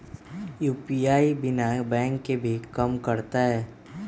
UPI बिना bank के भी कम करतै?